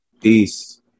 Peace